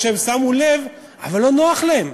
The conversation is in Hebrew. או שהם שמו לב אבל לא נוח להם.